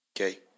Okay